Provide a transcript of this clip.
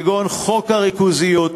כגון חוק הריכוזיות,